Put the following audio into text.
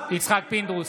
יצחק פינדרוס,